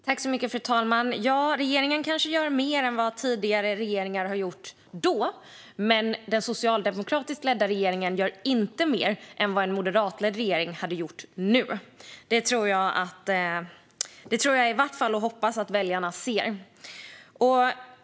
Fru talman! Regeringen kanske gör mer än tidigare regeringar gjorde då , men den socialdemokratiskt ledda regeringen gör inte mer än en moderatledd regering hade gjort nu . Det tror och hoppas jag i vart fall att väljarna ser.